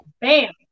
Bam